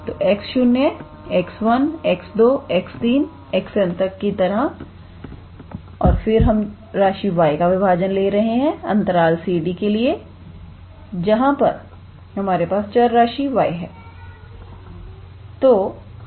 तो𝑥0 𝑥1 𝑥2 𝑥3 𝑥𝑛 की तरह और फिर हम राशि y का विभाजन ले रहे हैं अंतराल 𝑐 𝑑 के लिए जहां पर हमारे पास चर राशि y है